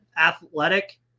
athletic